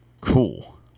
Cool